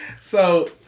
So-